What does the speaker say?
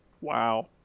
Wow